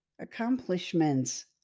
accomplishments